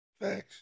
Thanks